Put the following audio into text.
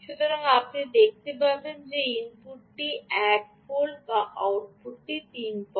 সুতরাং আপনি দেখতে পারেন যে ইনপুটটি 1 ভোল্ট এবং আউটপুট 33